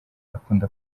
akunda